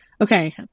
Okay